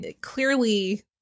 clearly